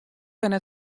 binne